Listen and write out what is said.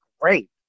great